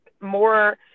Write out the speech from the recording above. more